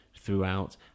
throughout